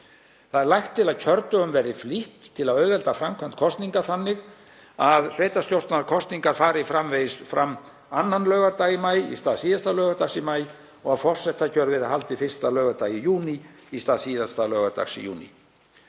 Lagt er til að kjördögum verði flýtt til að auðvelda framkvæmd kosninga þannig að sveitarstjórnarkosningar fari framvegis fram annan laugardag í maí í stað síðasta laugardags í maí og að forsetakjör verið haldið fyrsta laugardag í júní í stað síðasta laugardags í júní.